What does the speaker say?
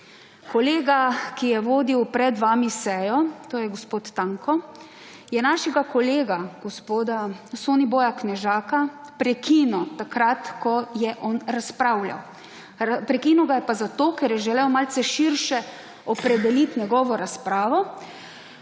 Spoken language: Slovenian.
Kolega, ki je vodil pred vami sejo, to je gospod Tanko, je našega kolega gospoda Soniboja Knežaka prekinil, takrat ko je on razpravljal. Prekinil ga je pa zato, ker je želel malce širše opredeliti svojo razpravo.